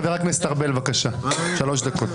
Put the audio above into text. חבר הכנסת ארבל, בבקשה, שלוש דקות.